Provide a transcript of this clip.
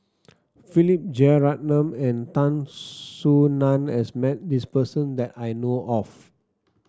Philip Jeyaretnam and Tan Soo Nan has met this person that I know of